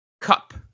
cup